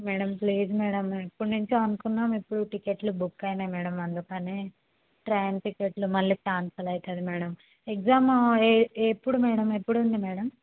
madam please madam ఎప్పటి నుంచి అనుకున్నాం ఇప్పుడు టికెట్లు బుక్ అయినాయి మ్యాడమ్ అందుకని ట్రైన్ టికెట్లు మళ్ళీ క్యాన్సిల్ అవుతుంది మ్యాడమ్ ఎగ్జామ్ ఎ ఎప్పుడు మేడం ఎప్పుడు ఉంది మేడం